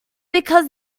because